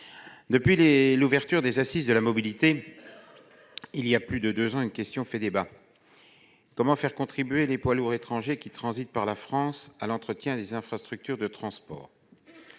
les l'ouverture des Assises nationales de la mobilité, voilà plus de deux ans, une question fait débat : comment faire contribuer les poids lourds étrangers qui transitent par la France à l'entretien des infrastructures de transport ?